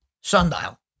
Sundial